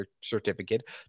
certificate